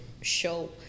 show